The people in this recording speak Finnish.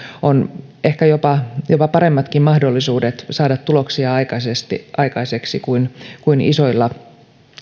on ehkä jopa jopa paremmatkin mahdollisuudet saada tuloksia aikaiseksi aikaiseksi kuin kuin isoilla